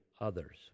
others